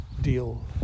deal